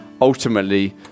ultimately